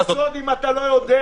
זאת זכות יסוד, אם אתה לא יודע.